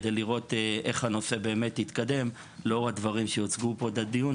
כדי לראות איך הנושא התקדם לאור הדברים שהוצגו בדיון.